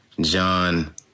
John